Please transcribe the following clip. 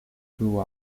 grew